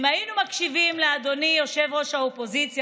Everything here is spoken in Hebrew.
אם היינו מקשיבים לאדוני יושב-ראש האופוזיציה